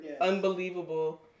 unbelievable